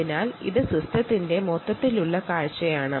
ഇതാണ് സിസ്റ്റ് ത്തിന്റെ ഓവറോൾ വ്യു